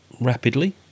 rapidly